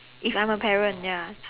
if I'm a parent ya